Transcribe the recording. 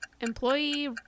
employee